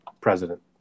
president